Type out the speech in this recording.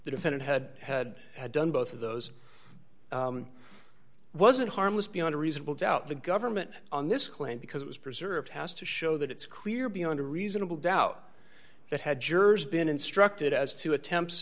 the defendant had had had done both of those wasn't harmless beyond a reasonable doubt the government on this claim because it was preserved has to show that it's clear beyond a reasonable doubt that had jurors been instructed as to attempt